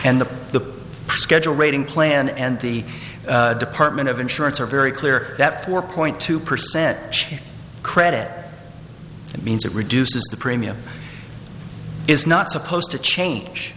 and the the schedule rating plan and the department of insurance are very clear that four point two percent check credit and means it reduces the premium is not supposed to change